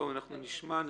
אני בעד.